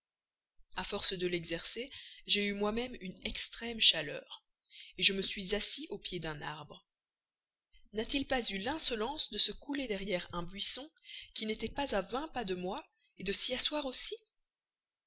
a force de l'exercer j'ai eu moi-même une extrême chaleur je me suis assis au pied d'un arbre n'a-t-il pas eu l'insolence de se couler jusque derrière un buisson qui n'était pas à vingt pas de moi de s'y asseoir aussi